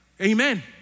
Amen